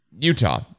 Utah